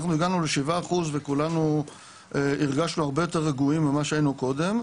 אנחנו הגענו ל-7% וכולנו הרגשנו הרבה יותר רגועים ממה שהיינו קודם.